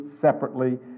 separately